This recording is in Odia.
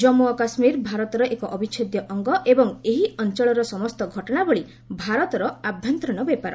ଜାମ୍ମୁ ଓ କାଶ୍ମୀର ଭାରତର ଏକ ଅବିଚ୍ଛେଦ୍ୟ ଅଙ୍ଗ ଏବଂ ଏହି ଅଞ୍ଚଳର ସମସ୍ତ ଘଟଣାବଳୀ ଭାରତର ଆଭ୍ୟନ୍ତରୀଣ ବ୍ୟାପାର